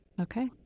Okay